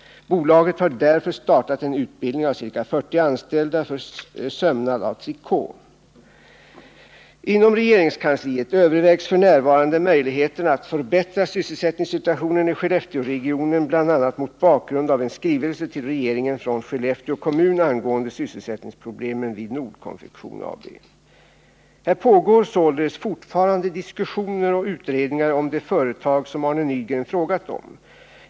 Bolaget har därför startat en utbildning av ca 40 anställda för sömnad av trikå. Inom regeringskansliet övervägs f. n. möjligheterna att förbättra sysselsättningssituationen i Skellefteåregionen, bl.a. mot bakgrund av en skrivelse till regeringen från Skellefteå kommun angående sysselsättningsproblemen vid Nordkonfektion AB. Här pågår således fortfarande diskussioner och utredningar om de företag som Arne Nygren frågat om.